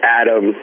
adam